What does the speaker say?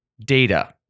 data